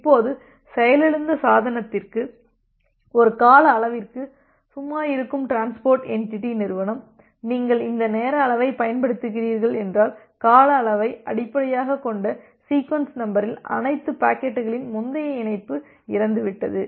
இப்போது செயலிழந்த சாதனத்திற்கு ஒரு கால அளவிற்கு சும்மா இருக்கும் டிரான்ஸ்போர்ட் எண்டிட்டி நிறுவனம் நீங்கள் இந்த நேர அளவைப் பயன்படுத்துகிறீர்கள் என்றால் கால அளவை அடிப்படையாகக் கொண்ட சீக்வென்ஸ் நம்பரில் அனைத்து பாக்கெட்டுகளின் முந்தைய இணைப்பு இறந்துவிட்டது